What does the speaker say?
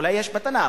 אולי יש בתנ"ך,